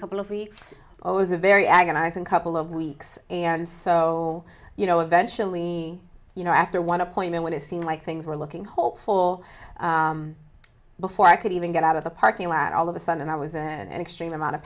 couple of weeks always a very agonizing couple of weeks and so you know eventually you know after one appointment when it seemed like things were looking hopeful before i could even get out of the parking lot all of a sudden i was an extreme amount of